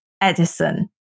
Edison